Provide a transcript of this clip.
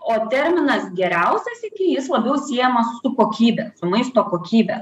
o terminas geriausias iki jis labiau siejamas su kokybe su maisto kokybe